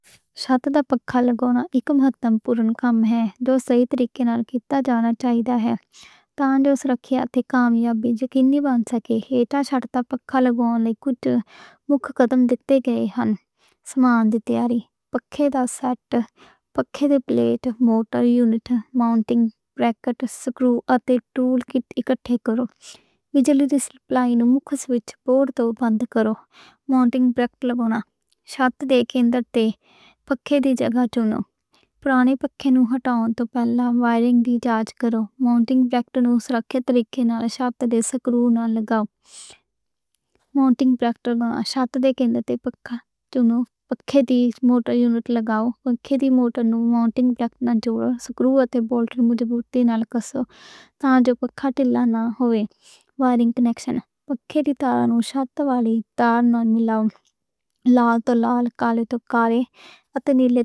چھتّ تے پنکھا لگانا اک محکم پورا کم ہے۔ اینوں صحیح طریقے نال کیتا جانا چاہیدا ہے۔ تان جو سَمان رکھیا تے کم وچ بھیجوں کھنّی بن سکّے، اینا چھتّ تے پنکھے لئی پہلا قدم دِتے گئے نیں۔ سَمان اندر تواری پنکھا the set: bracket, plate, motor unit, mounting bracket, screw اتے تُل کِیت اکٹھے کرو۔ وِجلی دی سپلائی اونوں مینز وچ بند کرو۔ ماؤنٹنگ بریکٹ لبّھو، نال چھت دے کِندر تے پنکھے دی جگہ، پرانے باکس نوں اُتّے کھول کے وائرنگ دی جاچ کرو۔ ماؤنٹنگ بریکٹ نوں صحیح طریقے نال چھت تے سکرو نال لَگا۔ ماؤنٹنگ بریکٹ نوں اساتھ دے کِندے پنکھے توں پنکھے دی موٹر یونٹ لَگا۔ آپ اپنی موٹر نوں ماؤنٹ کرنا، جو سکرو اتے بولٹاں جَبتی نال کَسو۔ تان جو پنکھا ہِل نہ ہووے، وائرنگ کنیکشن آپ اپنی تار نوں سوئچ والی تار نوں لال توں لال، کالے توں کالے اٹیچ کرو۔